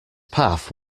path